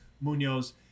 Munoz